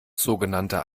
sogenannte